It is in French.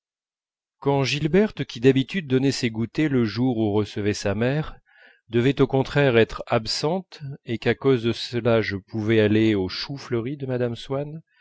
quand gilberte qui d'habitude donnait ses goûters le jour où recevait sa mère devait au contraire être absente et qu'à cause de cela je pouvais aller au choufleury de mme swann